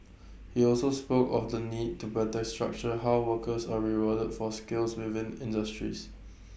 he also spoke of the need to better structure how workers are rewarded for skills within industries